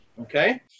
okay